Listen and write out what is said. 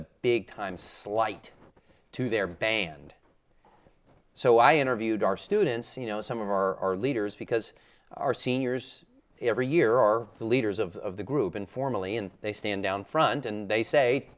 a big time slight to their band so i interviewed our students you know some of our leaders because our seniors every year are the leaders of the group informally and they stand down front and they say